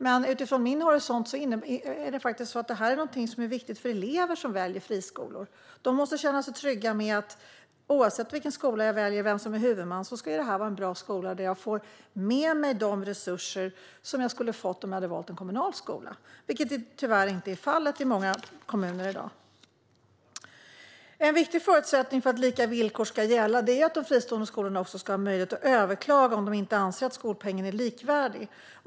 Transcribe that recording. Men från min horisont är detta också viktigt för elever som väljer friskolor. De måste känna sig trygga med att det är en bra skola där de får med sig de resurser som de skulle ha fått om de hade valt en kommunal skola, oavsett vilken skola de väljer eller vem som är huvudman. Detta är tyvärr inte fallet i många kommuner i dag. En viktig förutsättning för att lika villkor ska gälla är att fristående skolor har möjlighet att överklaga om de inte anser att skolpengen är likvärdig.